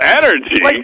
energy